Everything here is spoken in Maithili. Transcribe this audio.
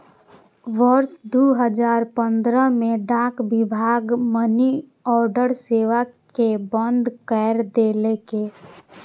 वर्ष दू हजार पंद्रह मे डाक विभाग मनीऑर्डर सेवा कें बंद कैर देलकै